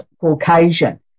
Caucasian